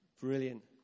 Brilliant